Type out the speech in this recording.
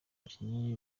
abakinnyi